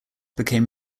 became